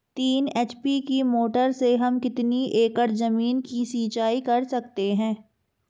तीन एच.पी की मोटर से हम कितनी एकड़ ज़मीन की सिंचाई कर सकते हैं?